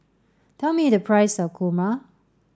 tell me the price of Kurma